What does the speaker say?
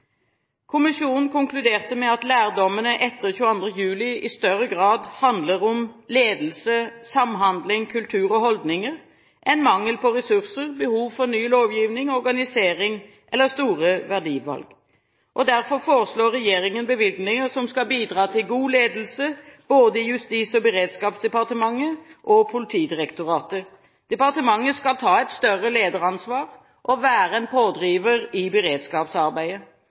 Kommisjonen konkluderte med at lærdommene etter 22. juli i større grad handler om «ledelse, samhandling, kultur og holdninger – enn mangel på ressurser, behov for ny lovgivning, organisering eller store verdivalg». Derfor foreslår regjeringen bevilgninger som skal bidra til god ledelse, både i Justis- og beredskapsdepartementet og Politidirektoratet. Departementet skal ta et større lederansvar og være en pådriver i beredskapsarbeidet.